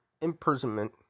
imprisonment